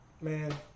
Man